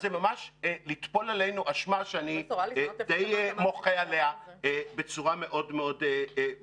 אז זה ממש לטפול עלינו אשמה שאני מוחה עליה בצורה מאוד ברורה.